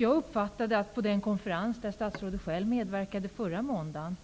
Jag uppfattade vid den konferens där statsrådet själv medverkade förra måndagen